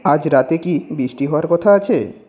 আজ রাতে কি বৃষ্টি হওয়ার কথা আছে